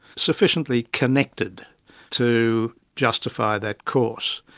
sufficiently connected to justify that course.